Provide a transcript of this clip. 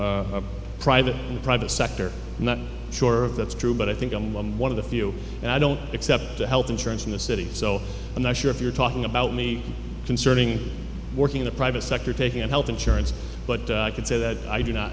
the private sector i'm not sure if that's true but i think i'm one of the few and i don't accept the health insurance in the city so i'm not sure if you're talking about me concerning working in the private sector taking on health insurance but i could say that i do not